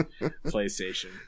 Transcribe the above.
PlayStation